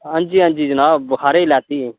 हां जी हां जी जनाब बखारै लैती ही